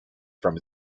from